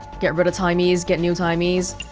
get rid of timies, get new timies